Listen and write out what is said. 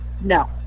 no